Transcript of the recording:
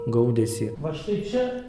gaudesį va štai čia